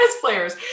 players